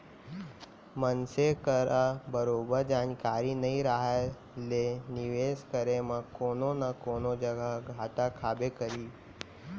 मनसे करा बरोबर जानकारी नइ रहें ले निवेस करे म कोनो न कोनो जघा घाटा खाबे करही